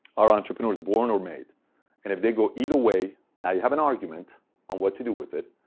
are entrepreneurs born or made? and if they go either way, now you have an argument on what to do with it.